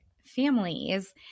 families –